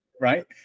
right